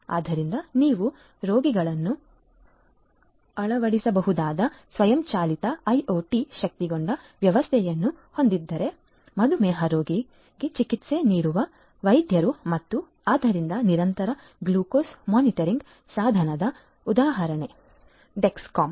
ಆದ್ದರಿಂದ ನೀವು ರೋಗಿಗಳನ್ನು ಅಳವಡಿಸಬಹುದಾದ ಸ್ವಯಂಚಾಲಿತ ಐಒಟಿ ಶಕ್ತಗೊಂಡ ವ್ಯವಸ್ಥೆಯನ್ನು ಹೊಂದಿದ್ದರೆ ಮಧುಮೇಹ ರೋಗಿಗೆ ಚಿಕಿತ್ಸೆ ನೀಡುವ ವೈದ್ಯರು ಮತ್ತು ಆದ್ದರಿಂದ ನಿರಂತರ ಗ್ಲೂಕೋಸ್ ಮಾನಿಟರಿಂಗ್ ಸಾಧನದ ಉದಾಹರಣೆ ಡೆಕ್ಸ್ಕಾಮ್